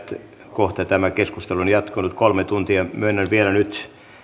kohta tämä keskustelu on jatkunut kolme tuntia myönnän nyt vielä